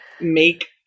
make